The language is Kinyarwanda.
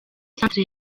centre